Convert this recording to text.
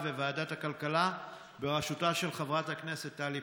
וועדת הכלכלה בראשותה של חברת הכנסת טלי פלוסקוב.